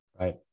Right